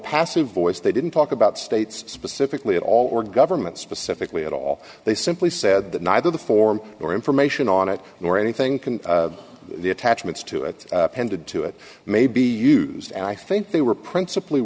passive voice they didn't talk about states specifically at all or government specifically at all they simply said that neither the form or information on it nor anything can the attachments to it appended to it may be used and i think they were principally